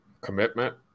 commitment